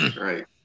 Right